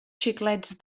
xiclets